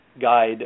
guide